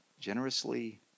generously